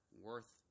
worth